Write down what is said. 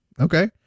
Okay